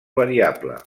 variable